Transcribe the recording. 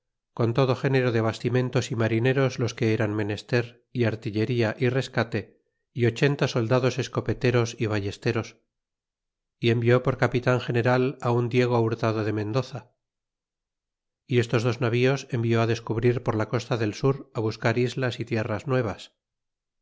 con todo género de bastimentos y marineros los que eran menester y artillería y rescate y ochenta soldados escopeteros y ballesteros y envió por capi tan general á un diego hurtado de mendoza y estos dos navíos envió á descubrir por la costa del sur á buscar islas y tierras nuevas